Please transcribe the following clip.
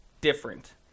different